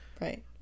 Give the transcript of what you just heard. Right